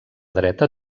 dreta